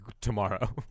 tomorrow